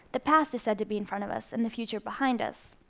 the past is said to be in front of us and the future behind us,